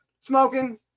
smoking